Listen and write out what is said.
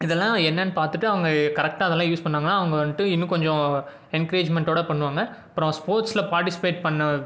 இதெல்லாம் என்னென்று பார்த்துட்டு அவங்க கரெக்டாக அதெல்லாம் யூஸ் பண்ணாங்கன்னா அவங்க வந்துட்டு இன்னும் கொஞ்சம் என்கரேஜ்மெண்டோட பண்ணுவாங்க அப்புறம் ஸ்போர்ட்ஸில் பார்ட்டிசிபேட் பண்ண